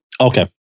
okay